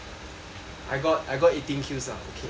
I got I got eighteen kills lah okay lah not bad